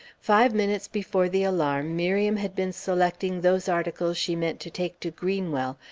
five minutes before the alarm, miriam had been selecting those articles she meant to take to greenwell,